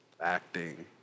acting